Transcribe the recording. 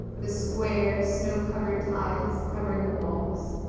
the square, snow-colored tiles covering the walls.